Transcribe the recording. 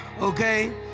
okay